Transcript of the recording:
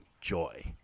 joy